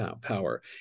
power